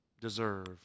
deserve